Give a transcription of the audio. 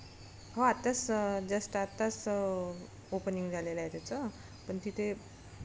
हो आत्ताच जस्ट आत्ताच ओपनिंग झालेलं आहे त्याचं पण तिथे